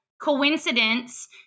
coincidence